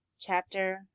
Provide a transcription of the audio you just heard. Chapter